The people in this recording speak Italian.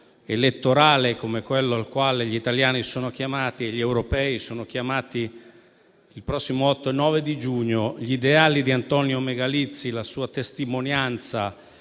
elettorale come quello al quale gli italiani e gli europei sono chiamati i prossimi 8 e 9 giugno, gli ideali di Antonio Megalizzi, la sua testimonianza